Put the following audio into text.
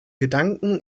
gedanken